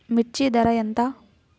మిర్చి ధర ఎంత?